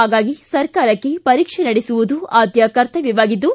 ಹಾಗಾಗಿ ಸರ್ಕಾರಕ್ಕೆ ಪರೀಕ್ಷೆ ನಡೆಸುವುದು ಆದ್ಲ ಕರ್ತವ್ಲವಾಗಿದ್ದು